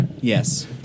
Yes